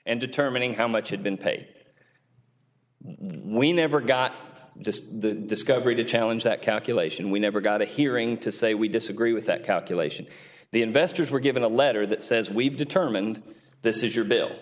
and determining how much had been paid we never got just the discovery to challenge that calculation we never got a hearing to say we disagree with that calculation the investors were given a letter that says we've determined this is your bill